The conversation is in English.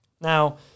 Now